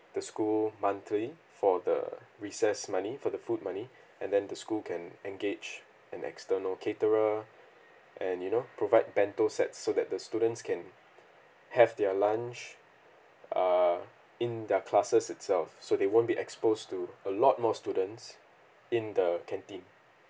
the school monthly for the recess money for the food money and then the school can engage an external caterer and you know provide bento sets so that the students can have their lunch err in their classes itself so they won't be exposed to a lot more students in the canteen